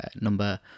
number